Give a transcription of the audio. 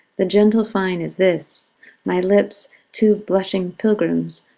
the gentle fine is this my lips, two blushing pilgrims,